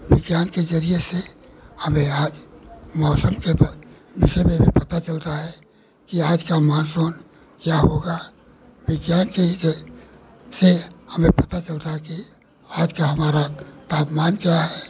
विज्ञान के जरिये से हमें आज मौसम के विषय में भी पता चलता है कि आज का मॉनसून क्या होगा विज्ञान के ही से हमें पता चलता है कि आज का हमारा तापमान क्या है